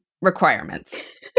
requirements